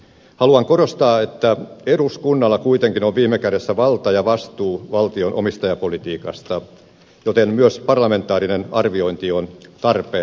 haluan korostaa että eduskunnalla kuitenkin on viime kädessä valta ja vastuu valtion omistajapolitiikasta joten myös parlamentaarinen arviointi on tarpeen